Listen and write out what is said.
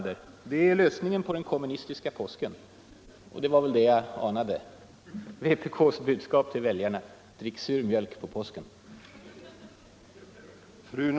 Det är lösningen på den kommunistiska påsken. Det var väl det jag anade. Vpk:s budskap till väljarna: Drick sur mjölk på påsken!